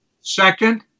Second